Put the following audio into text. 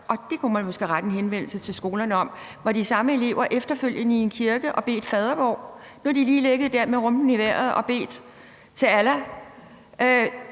Man kunne måske rette henvendelse til skolerne om, om de samme elever så efterfølgende også var i en kirke og bad fadervor. Nu har de lige ligget der med rumpen i vejret og bedt til Allah.